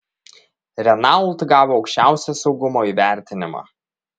renault gavo aukščiausią saugumo įvertinimą